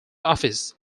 office